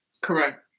Correct